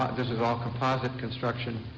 this is all composite construction.